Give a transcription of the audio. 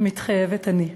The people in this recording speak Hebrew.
מתחייבת אני.